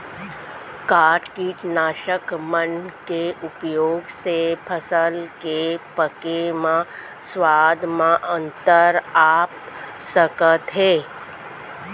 का कीटनाशक मन के उपयोग से फसल के पके म स्वाद म अंतर आप सकत हे?